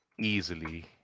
easily